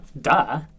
Duh